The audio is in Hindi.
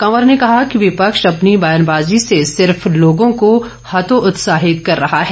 कंवर ने कहा कि विपक्ष अपनी बयानबाजी से सिर्फ लोगों को हतोत्साहित कर रहा है